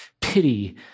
pity